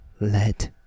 let